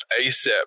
ASAP